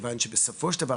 מכיוון שבסופו של דבר,